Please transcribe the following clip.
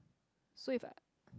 so if I